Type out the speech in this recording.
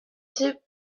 soup